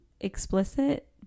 explicit